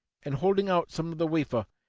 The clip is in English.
and holding out some of the wafer,